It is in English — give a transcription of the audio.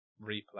replay